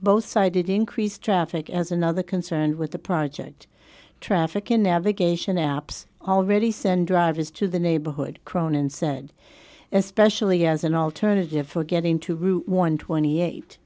both cited increased traffic as another concern with the project traffic in navigation apps already send drivers to the neighborhood cronan said especially as an alternative for getting to route one twenty eight